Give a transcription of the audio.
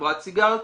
מחברת סיגריות,